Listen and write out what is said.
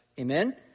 Amen